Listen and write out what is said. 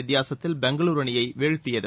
வித்தியாசத்தில் பெங்களுர் அணியைவீழ்த்தியது